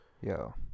Yo